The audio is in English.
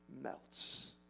melts